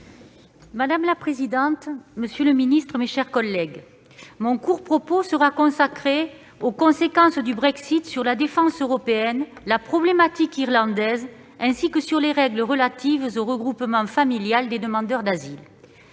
Madame la présidente, monsieur le secrétaire d'État, mes chers collègues, mon court propos sera consacré aux conséquences du Brexit sur la défense européenne, sur la problématique irlandaise ainsi que sur les règles relatives au regroupement familial des demandeurs d'asile.